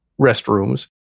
restrooms